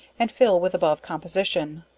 and fill with above composition.